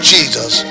Jesus